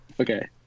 Okay